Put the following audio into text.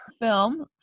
film